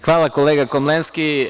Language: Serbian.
Hvala, kolega Komlenski.